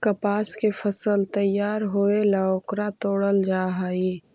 कपास के फसल तैयार होएला ओकरा तोडल जा हई